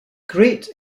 great